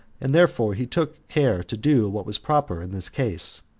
and therefore he took care to do what was proper in this case,